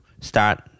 start